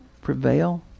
prevail